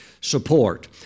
support